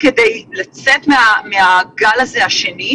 לא חברי הכנסת,